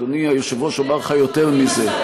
אדוני היושב-ראש, אומר לך יותר מזה.